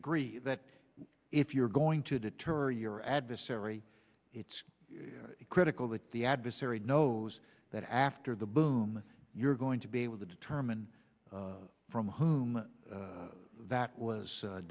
agree that if you're going to deter your adversary it's critical that the adversary knows that after the boom you're going to be able to determine from whom that was